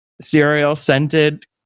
cereal-scented